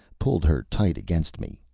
pulled her tight against me,